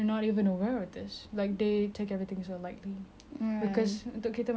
cause untuk kita macam tak ganggu kita asal kita nak kena fikir pasal benda gini